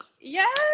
Yes